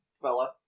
fella